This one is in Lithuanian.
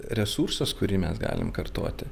resursas kurį mes galim kartoti